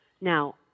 Now